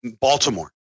Baltimore